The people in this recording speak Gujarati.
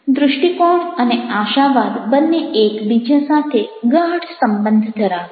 દૃષ્ટિકોણ અને આશાવાદ બંને એકબીજા સાથે ગાઢ સંબંધ ધરાવે છે